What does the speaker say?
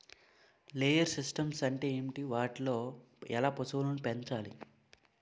Layer systems అంటే ఏంటి? వాటిలో ఎలా పశువులను పెంచాలి?